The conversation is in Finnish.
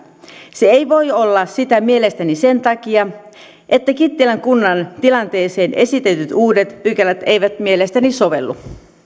se ei voi olla sitä mielestäni sen takia että kittilän kunnan tilanteeseen esitetyt uudet pykälät eivät mielestäni sovellu